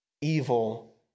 evil